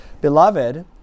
Beloved